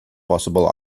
possible